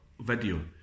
video